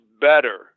better